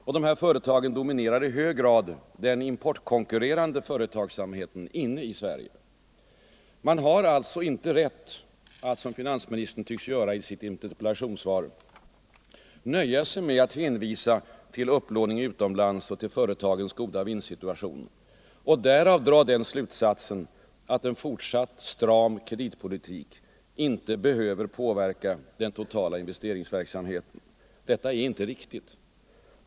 Och dessa företag dominerar i hög grad den importkonkurrerande företagsamheten inne i Sverige. Man har alltså inte rätt att, som finansministern tycks göra i sitt interpellationssvar, nöja sig med att hänvisa till upplåning utomlands och till företagens goda vinstsituation och därav dra den slutsatsen att en fortsatt stram kreditpolitik inte behöver påverka den totala investeringsverksamheten. Detta är inte riktigt.